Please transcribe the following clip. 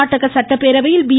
கா்நாடக சட்டப்பேரவையில் பி